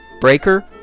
Breaker